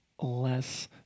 less